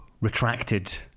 retracted